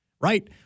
right